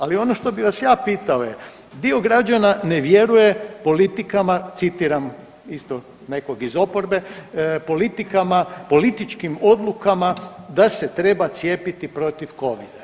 Ali ono što bi vas pitao je, dio građana ne vjeruje politikama citiram isto nekog iz oporbe, politikama i političkim odlukama da se treba cijepiti protiv covida.